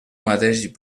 mateix